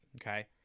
Okay